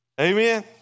amen